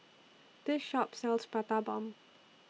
This Shop sells Prata Bomb